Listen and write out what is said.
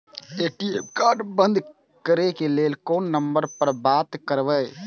ATM card बंद करे के लेल कोन नंबर पर बात करबे?